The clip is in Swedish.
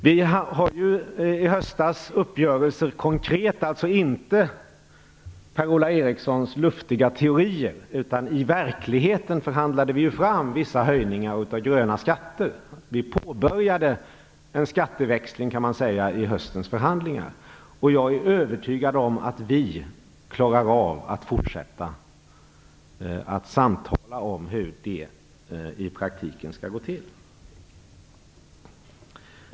Vi har ju i höstas konkret i uppgörelser - dvs. inte Per-Ola Erikssons luftiga teorier utan i verkligheten - förhandlat fram vissa höjningar av gröna skatter. Man kan säga att vi påbörjade en skatteväxling i höstens förhandlingar. Jag är övertygad om att vi klarar att fortsätta att samtala om hur det skall gå till i praktiken.